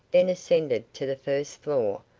then ascended to the first floor,